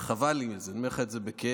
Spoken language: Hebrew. וחבל לי על זה, אני אומר לך את זה בכאב.